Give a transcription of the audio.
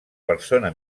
persona